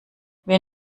wir